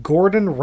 Gordon